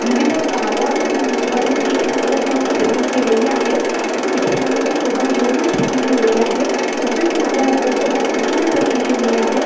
विविध गावां मध्ये मी एक्सप्लोअर करून ट्रेकिंग केलेली आहे आणि मित्रमंडळी सोबत घेऊन मी ट्रेकिंग केलेली आहे तसेच माझ्या हजबंडसोबतसुद्धा मी ट्रेकिंग केलेली आहे